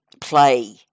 play